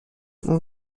اون